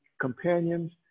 companions